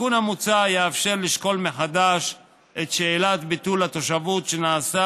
התיקון המוצע יאפשר לשקול מחדש את שאלת ביטול התושבות שנעשה